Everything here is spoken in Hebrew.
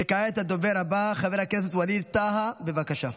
כעת הדובר הבא, חבר הכנסת ווליד טאהא, בבקשה.